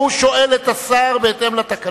הוא שואל את השר בהתאם לתקנון.